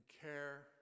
care